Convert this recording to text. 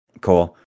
Cool